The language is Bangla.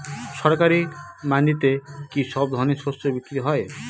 সরকারি মান্ডিতে কি সব ধরনের শস্য বিক্রি হয়?